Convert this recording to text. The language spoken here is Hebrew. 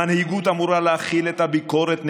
מנהיגות אמורה להכיל את הביקורת נגדה.